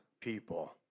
people